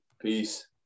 Peace